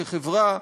כחברה,